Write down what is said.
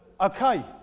Okay